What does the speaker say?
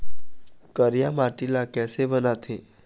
करिया माटी ला किसे बनाथे?